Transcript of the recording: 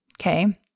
Okay